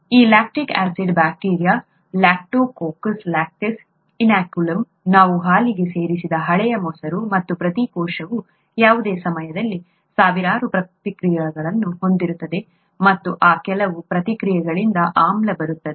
ಈ lactic acid bacteria Lactococcus lactis ಇನಾಕ್ಯುಲಮ್ನಲ್ಲಿದೆ ನಾವು ಹಾಲಿಗೆ ಸೇರಿಸಿದ ಹಳೆಯ ಮೊಸರು ಮತ್ತು ಪ್ರತಿ ಕೋಶವು ಯಾವುದೇ ಸಮಯದಲ್ಲಿ ಸಾವಿರಾರು ಪ್ರತಿಕ್ರಿಯೆಗಳನ್ನು ಹೊಂದಿರುತ್ತದೆ ಮತ್ತು ಆ ಕೆಲವು ಪ್ರತಿಕ್ರಿಯೆಗಳಿಂದ ಆಮ್ಲ ಬರುತ್ತದೆ